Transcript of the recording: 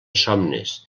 somnis